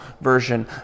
version